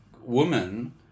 woman